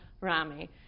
Rami